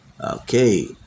Okay